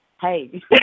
Hey